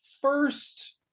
first